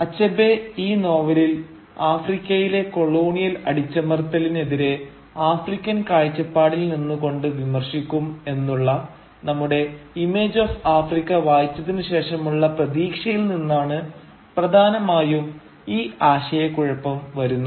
Achebe ഈ നോവലിൽ ആഫ്രിക്കയിലെ കൊളോണിയൽ അടിച്ചമർത്തലിനെതിരെ ആഫ്രിക്കൻ കാഴ്ചപ്പാടിൽ നിന്നുകൊണ്ട് വിമർശിക്കും എന്നുള്ള നമ്മുടെ ഇമേജ് ഓഫ് ആഫ്രിക്ക വായിച്ചതിനു ശേഷമുള്ള പ്രതീക്ഷയിൽ നിന്നാണ് പ്രധാനമായും ഈ ആശയക്കുഴപ്പം വരുന്നത്